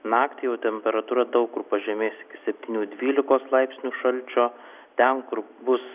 naktį jau temperatūra daug kur pažemės iki septynių dvylikos laipsnių šalčio ten kur bus